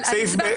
סעיף (ב).